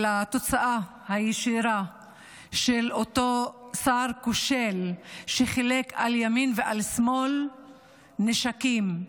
לתוצאה הישירה של אותו שר כושל שחילק על ימין ועל שמאל נשקים.